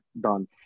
done